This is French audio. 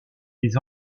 des